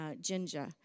ginger